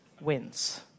wins